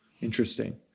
Interesting